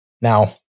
Now